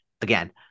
again